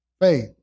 faith